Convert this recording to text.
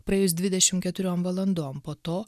praėjus dvidešim keturiom valandom po to